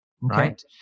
right